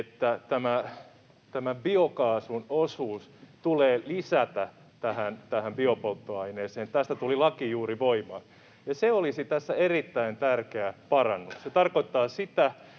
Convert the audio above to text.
tämä biokaasun osuus tulee lisätä biopolttoaineeseen. Tästä tuli laki juuri voimaan, ja se olisi tässä erittäin tärkeä parannus. Se tarkoittaa sitä,